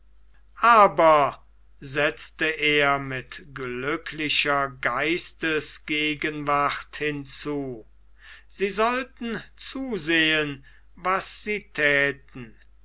aber setzte er mit glücklicher geistesgegenwart hinzu sie sollten zusehen was sie thäten